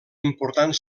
important